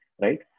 right